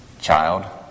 child